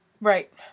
Right